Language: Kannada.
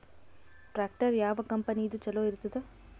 ಟ್ಟ್ರ್ಯಾಕ್ಟರ್ ಯಾವ ಕಂಪನಿದು ಚಲೋ ಇರತದ?